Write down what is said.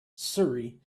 surrey